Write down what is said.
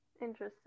Interesting